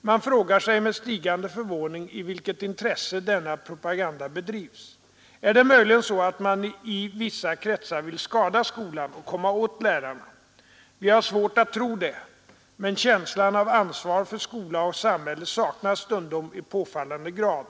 Man frågar sig med stigande förvåning i vilket intresse denna propaganda bedrives. Är det möjligen så att man i vissa kretsar vill skada skolan och komma åt lärarna? Vi har svårt att tro det. Men känslan av ansvar för skola och samhälle saknas stundom i påfallande grad.